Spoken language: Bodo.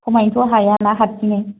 खमायनोथ' हाया ना हारसिंयै